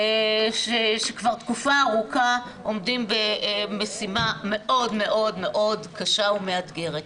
שכבר תקופה ארוכה עומדים במשימה מאוד מאוד מאוד קשה ומאתגרת.